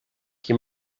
qui